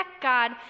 God